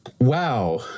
Wow